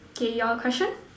K your question